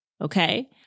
Okay